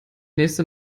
nächste